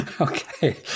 Okay